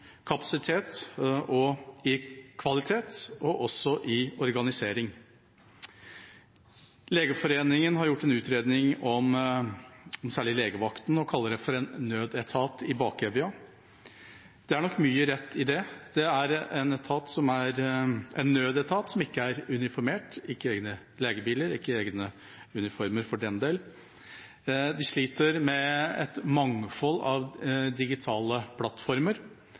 kapasitet, i kvalitet og også i organisering. Legeforeningen har gjort en utredning om særlig legevakten og kaller den for en nødetat i bakevja. Det er nok mye rett i det. Det er en nødetat som ikke er uniformert, de har ikke egne legebiler eller egne uniformer for den del, og de sliter med et mangfold av digitale plattformer.